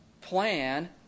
plan